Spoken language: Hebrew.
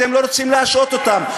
אתם לא רוצים להשעות אותם,